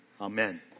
amen